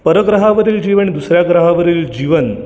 परग्रहावरील जीवन दुसऱ्या ग्रहावरील जीवन